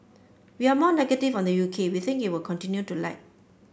we are more negative on the U K we think it will continue to lag